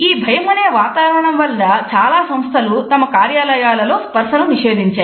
ఈ భయమనే వాతావరణం వలన చాలా సంస్థలు తమ కార్యాలయాలలో స్పర్సను నిషేధించాయి